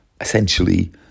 essentially